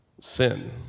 sin